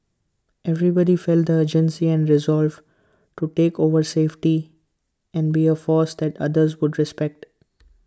everybody felt the urgency and resolve to take over safely and be A force that others would respect